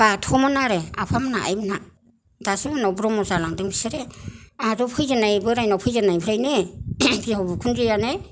बाथौमोन आरो आफा मोनहा आइ मोनहा दासो उनाव ब्रह्म जालांदों बिसोरो आंहाथ' फैजेननाय बोरायनाव फैजेननायनिफ्रायनो बिहाव बिखुनजोआनो